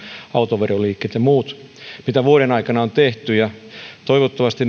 autoveron liikkeet ja muut mitä vuoden aikana on tehty ja toivottavasti